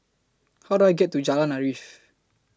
How Do I get to Jalan Arif